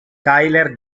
tyler